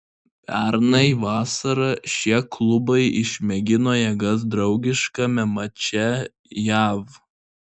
pernai vasarą šie klubai išmėgino jėgas draugiškame mače jav